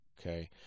Okay